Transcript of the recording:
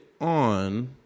on